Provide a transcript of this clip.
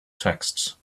texts